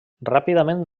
ràpidament